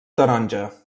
taronja